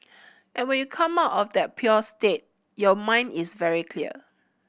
and when you come out of that pure state your mind is very clear